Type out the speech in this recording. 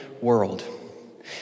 world